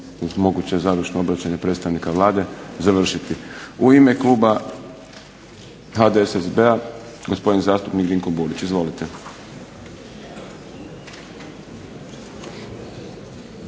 moguće završno obraćanje predstavnika Vlade završiti. U ime kluba HDSSB-a gospodin zastupnik Dinko Burić. Izvolite.